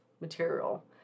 material